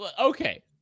okay